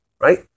Right